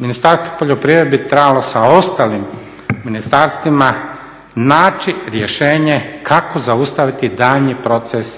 Ministarstvo poljoprivrede bi trebalo sa ostalim ministarstvima naći rješenje kako zaustaviti daljnji proces